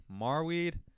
Marweed